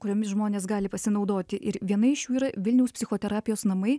kuriomis žmonės gali pasinaudoti ir viena iš jų yra vilniaus psichoterapijos namai